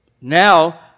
Now